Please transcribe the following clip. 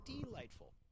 Delightful